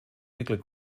nickel